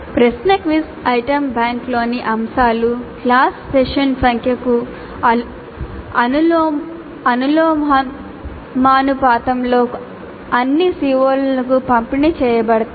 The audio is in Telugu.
ప్రశ్న క్విజ్ ఐటెమ్ బ్యాంక్లోని అంశాలు క్లాస్ సెషన్ సంఖ్యకు అనులోమానుపాతంలో అన్ని CO లకు పంపిణీ చేయబడతాయి